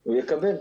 הוא יקבל.